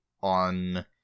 on